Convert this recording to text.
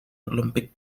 olympic